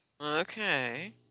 Okay